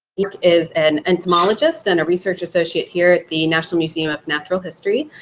like is an entomologist and a research associate here at the national museum of natural history,